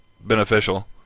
beneficial